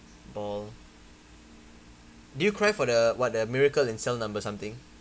bawl did you cry for the what the miracle in cell number or something